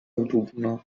autunno